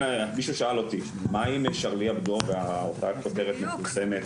מישהו שאל אותי: 'מה עם אותה כותרת מפורסמת